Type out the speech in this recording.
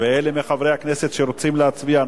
אלה מחברי הכנסת שרוצים להצביע,